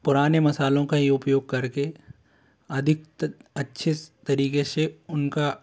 पुराने मसालों का ही उपयोग कर के अधिक अच्छे तरीके से उनका